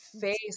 face